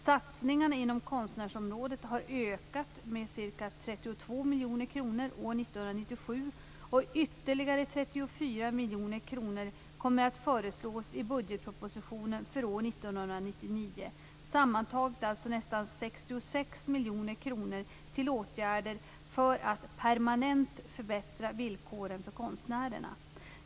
Satsningarna inom konstnärsområdet har ökat med ca 32 miljoner kronor år 1997, och ytterligare 34 miljoner kronor kommer att föreslås i budgetpropositionen för år 1999, sammanlagt alltså nästan 66 miljoner kronor till åtgärder för att permanent förbättra villkoren för konstnärerna.